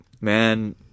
Man